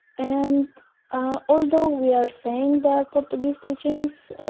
and although we are saying they are portuguese teachings,